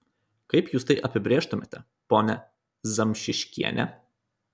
kaip jūs tai apibrėžtumėte ponia zamžickiene